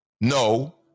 No